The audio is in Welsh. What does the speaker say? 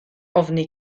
ofni